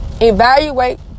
Evaluate